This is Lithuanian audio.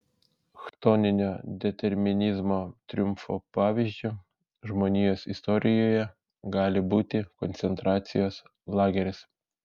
chtoninio determinizmo triumfo pavyzdžiu žmonijos istorijoje gali būti koncentracijos lageris